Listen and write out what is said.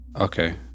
Okay